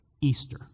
Easter